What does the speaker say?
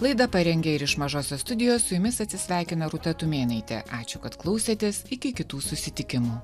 laidą parengė ir iš mažosios studijos su jumis atsisveikina rūta tumėnaitė ačiū kad klausėtės iki kitų susitikimų